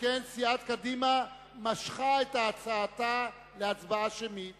שכן סיעת קדימה משכה את הצעתה להצבעה שמית.